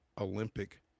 Olympic